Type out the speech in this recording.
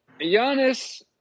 Giannis